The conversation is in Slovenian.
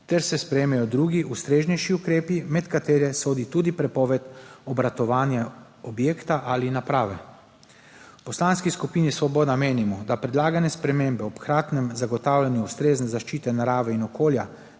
ter se sprejmejo drugi ustreznejši ukrepi, med katere sodi tudi prepoved obratovanja objekta ali naprave. V Poslanski skupini Svoboda menimo, da predlagane spremembe ob hkratnem zagotavljanju ustrezne zaščite narave in okolja